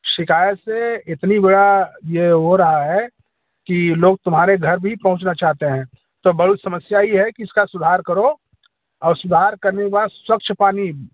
शिकायत से इतना बुरा ये हो रहा है कि लोग तुम्हारे घर भी पहुँचना चाहते हैं तो बहुत समस्या ये है कि इसका सुधार करो और सुधार करने के बाद स्वच्छ पानी